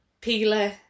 peeler